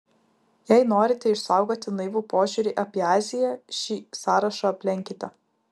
jei norite išsaugoti naivų požiūrį apie aziją šį sąrašą aplenkite